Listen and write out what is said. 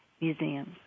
museums